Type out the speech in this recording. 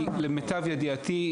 כי למיטב ידיעתי,